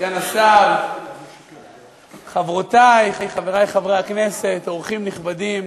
סגן השר, חברותי, חברי חברי הכנסת, אורחים נכבדים,